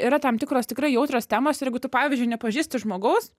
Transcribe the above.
yra tam tikros tikrai jautrios temos ir jeigu tu pavyzdžiui nepažįsti žmogaus